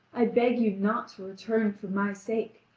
i beg you not to return for my sake.